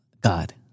God